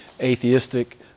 atheistic